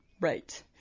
Right